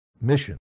mission